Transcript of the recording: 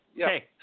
Okay